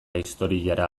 historiara